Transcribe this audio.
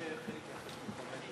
ידידי השר אופיר אקוניס,